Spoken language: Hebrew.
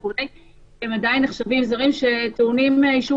והוא יצא לצורך כלשהו,